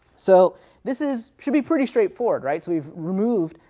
so this is should be pretty straightforward, right. so we've removed,